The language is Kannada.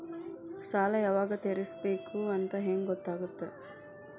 ಸಾಲ ಯಾವಾಗ ತೇರಿಸಬೇಕು ಅಂತ ಹೆಂಗ್ ಗೊತ್ತಾಗುತ್ತಾ?